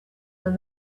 than